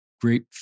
great